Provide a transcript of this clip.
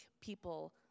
people